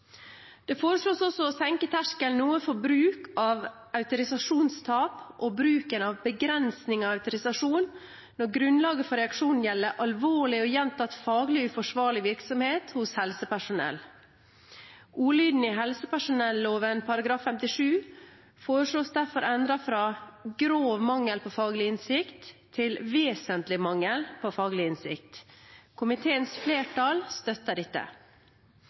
Det foreslås også å senke terskelen noe for bruk av autorisasjonstap og bruken av begrensning av autorisasjon når grunnlaget for reaksjonen gjelder alvorlig og gjentatt faglig uforsvarlig virksomhet hos helsepersonell. Ordlyden i helsepersonelloven § 57 foreslås derfor endret fra «grov mangel på faglig innsikt» til «vesentlig mangel på faglig innsikt». Komiteens flertall støtter dette.